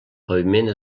paviment